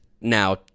now